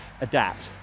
adapt